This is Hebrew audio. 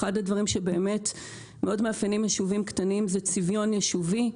אחד הדברים שבאמת מאוד מאפיין יישובים קטנים זה צביון יישובי.